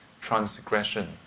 transgression